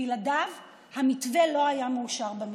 בלעדיו, המתווה לא היה מאושר בממשלה.